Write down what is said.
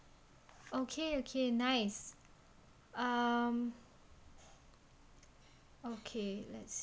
okay okay nice um okay let's